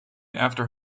after